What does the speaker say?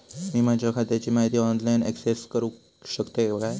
मी माझ्या खात्याची माहिती ऑनलाईन अक्सेस करूक शकतय काय?